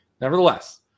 nevertheless